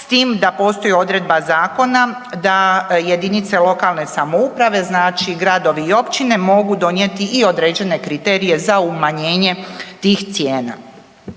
s tim da postoji odredba zakona da jedinice lokalne samouprave znači gradovi i općine mogu donijeti i određene kriterije za umanjenje tih cijena.